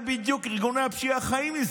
בדיוק מזה ארגוני הפשיעה חיים,